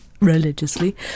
religiously